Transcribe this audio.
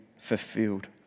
fulfilled